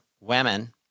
women